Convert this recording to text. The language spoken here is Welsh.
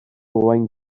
owain